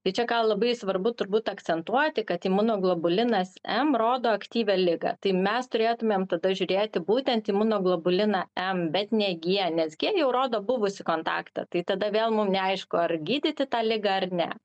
tai čia ką labai svarbu turbūt akcentuoti kad imunoglobulinas m rodo aktyvią ligą tai mes turėtumėm tada žiūrėti būtent imuno globuliną m bet ne g nes g jau rodo buvusį kontaktą tai tada vėl mum neaišku ar gydyti tą ligą ar ne